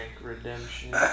Redemption